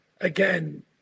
again